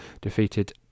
defeated